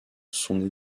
son